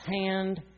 hand